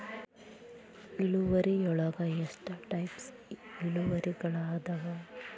ಇಳುವರಿಯೊಳಗ ಎಷ್ಟ ಟೈಪ್ಸ್ ಇಳುವರಿಗಳಾದವ